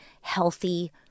healthy